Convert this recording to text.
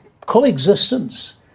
coexistence